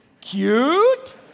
cute